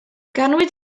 ganwyd